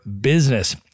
business